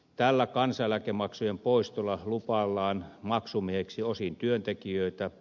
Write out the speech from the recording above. tällä kansaneläkemaksujen poistolla lupaillaan maksumiehiksi osin työntekijöitä